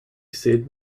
said